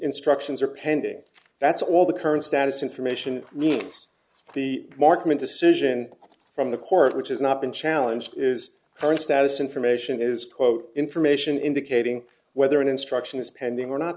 instructions are pending that's all the current status information means the marketing decision from the court which has not been challenged is current status information is quote information indicating whether an instruction is pending or not